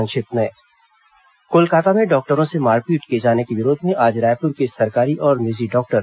संक्षिप्त समाचार कोलकाता में डॉक्टरों से मारपीट किए जाने के विरोध में आज रायपुर के सरकारी और निजी डॉक्टर